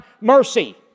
mercy